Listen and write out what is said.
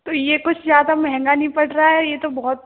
तो ये कुछ ज़्यादा महँगा नहीं पड़ रहा है ये तो बहुत